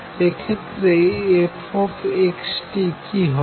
এক্ষেত্রে f x t কি হবে